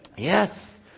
Yes